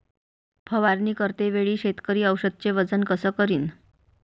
फवारणी करते वेळी शेतकरी औषधचे वजन कस करीन?